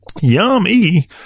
yummy